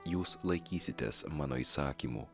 jūs laikysitės mano įsakymų